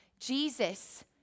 Jesus